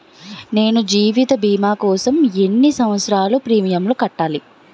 నేను జీవిత భీమా కోసం ఎన్ని సంవత్సారాలు ప్రీమియంలు కట్టాలి?